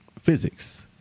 physics